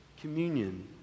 communion